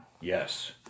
yes